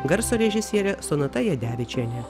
garso režisierė sonata jadevičienė